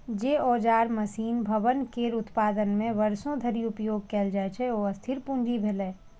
जे औजार, मशीन, भवन केर उत्पादन मे वर्षों धरि उपयोग कैल जाइ छै, ओ स्थिर पूंजी भेलै